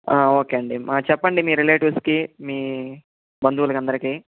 okay అండి మా చెప్పండి మీ రిలేటివ్స్కి మీ బంధువులకందరికీ